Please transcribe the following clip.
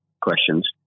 questions